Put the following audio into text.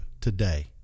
today